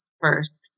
first